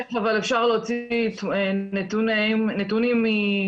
בתוקף אבל אפשר להוציא נתונים מהתמונות.